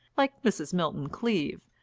like mrs. milton-cleave,